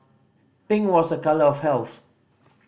pink was a colour of health